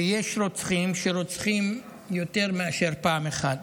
ויש רוצחים שרוצחים יותר מפעם אחת.